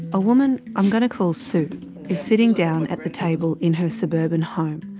a woman i'm going to call sue is sitting down at the table in her suburban home,